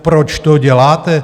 Proč to děláte?